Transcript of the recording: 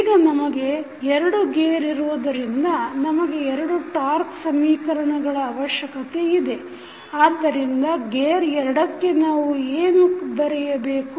ಈಗ ನಮಗೆ 2 ಗೇರ್ ಇರುವುದರಿಂದ ನಮಗೆ 2 ಟಾಕ್೯ ಸಮೀಕರಣಗಳ ಅವಶ್ಯಕತೆ ಇದೆಆದ್ದರಿಂದ ಗೇರ್ 2ಕ್ಕೆ ನಾವು ಏನು ಬರೆಯಬೇಕು